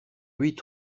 huit